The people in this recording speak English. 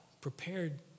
prepared